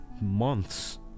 months